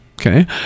okay